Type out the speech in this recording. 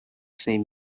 same